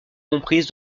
comprises